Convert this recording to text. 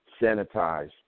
sanitized